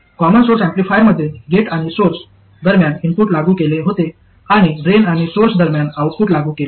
common source एम्पलीफायरमध्ये gate आणि source दरम्यान इनपुट लागू केले होते आणि ड्रेन आणि सोर्स दरम्यान आउटपुट लागू केले होते